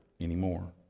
anymore